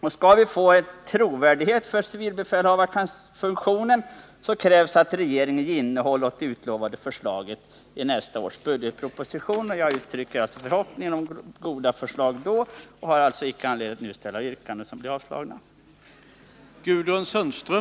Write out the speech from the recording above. För att skapa trovärdighet kring civilbefälhavarefunktionen krävs att regeringen ger ett innehåll åt det utlovade förslaget i nästa års budgetpro position. Det är alltså min förhoppning att vi då får goda förslag i det här avseendet. Jag har således ingen anledning att nu framställa yrkanden som ändå blir avslagna.